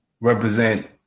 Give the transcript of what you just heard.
represent